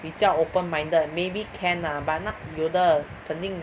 比较 open minded maybe can lah but n~ 有的肯定